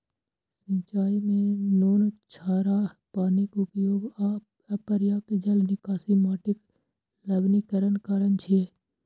सिंचाइ मे नोनछराह पानिक उपयोग आ अपर्याप्त जल निकासी माटिक लवणीकरणक कारण छियै